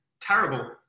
terrible